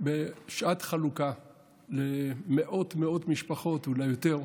בשעת חלוקה למאות מאות משפחות, אולי יותר.